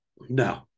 No